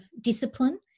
discipline